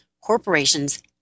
corporations